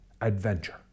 adventure